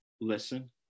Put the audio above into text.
listen